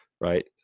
right